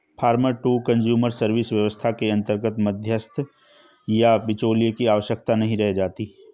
farmer to consumer service व्यवस्था के अंतर्गत मध्यस्थ या बिचौलिए की आवश्यकता नहीं रह जाती है